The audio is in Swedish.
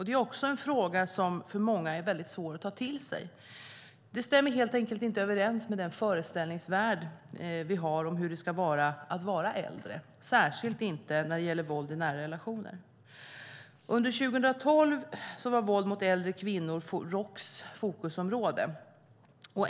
Det är också en fråga som för många är väldigt svår att ta till sig. Det stämmer helt enkelt inte överens med den föreställningsvärld vi har om hur det ska vara att vara äldre, särskilt inte när det gäller våld i nära relationer. Under 2012 var våld mot äldre kvinnor Roks fokusområde.